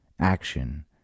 Action